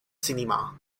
cinema